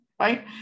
Right